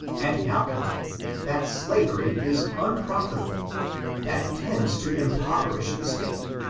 and now contend that slavery is unprofitabuy that it tends to impoverish the state,